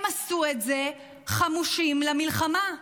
הם עשו את זה חמושים למלחמה.